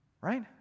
Right